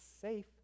safe